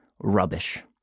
rubbish